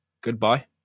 Goodbye